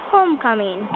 Homecoming